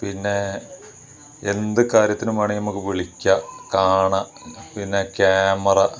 പിന്നെ എന്ത് കാര്യത്തിനും വേണേൽ നമുക്ക് വിളിക്കാം കാണാം പിന്നെ ക്യാമറ